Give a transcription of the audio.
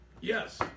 Yes